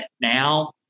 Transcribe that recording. now